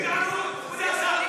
זאת גזענות, אדוני השר.